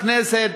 בכנסת,